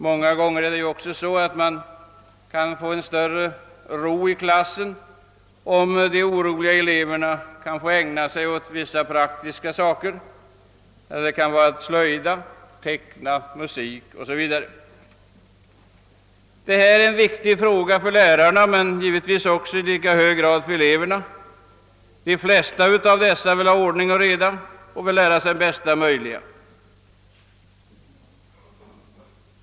— Många gånger är det dock så att det blir större ro i klassen om de bråkiga eleverna kan få ägna sig åt vissa praktiska sysselsättningar — slöjd, teckning, musik 0. s. v. Detta är en viktig fråga för lärarna men givetvis i lika hög grad för eleverna. De flesta av dem vill ha ordning och reda i skolan och vill lära sig det mesta möjliga.